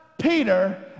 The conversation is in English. Peter